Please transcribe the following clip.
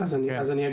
אז אני אגיד.